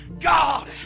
God